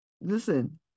listen